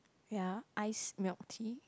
ya iced milk tea